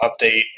update